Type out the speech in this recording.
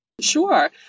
sure